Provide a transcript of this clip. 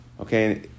okay